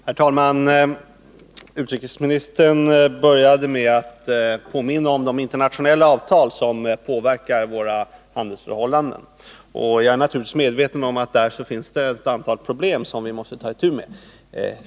Herr talman! Utrikesministern började med att påminna om de internationella avtal som påverkar våra handelsförhållanden. Jag är naturligtvis medveten om att det där finns ett antal problem som vi måste ta itu med.